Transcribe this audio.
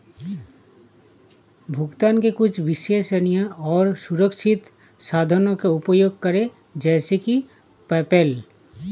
भुगतान के कुछ विश्वसनीय और सुरक्षित साधनों का उपयोग करें जैसे कि पेपैल